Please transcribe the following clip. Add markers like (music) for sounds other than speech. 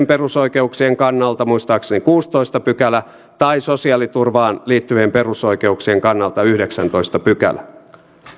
(unintelligible) perusoikeuksien kannalta muistaakseni kuudestoista pykälä tai sosiaaliturvaan liittyvien perusoikeuksien kannalta yhdeksästoista pykälä